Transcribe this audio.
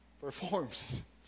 performs